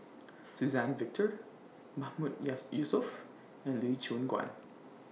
Suzann Victor Mahmood Yes Yusof and Lee Choon Guan